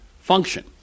function